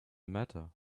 matter